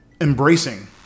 embracing